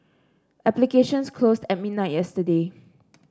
applications closed at midnight yesterday